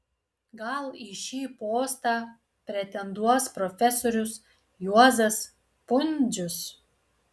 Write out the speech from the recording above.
gal į šį postą pretenduos profesorius juozas pundzius